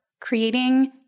creating